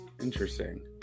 Interesting